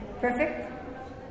Perfect